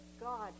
God